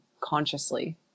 consciously